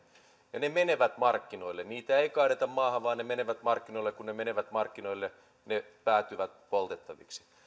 ja ne menevät markkinoille niitä ei kaadeta maahan vaan ne menevät markkinoille ja kun ne menevät markkinoille ne päätyvät poltettaviksi